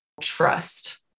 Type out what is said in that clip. trust